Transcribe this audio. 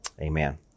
Amen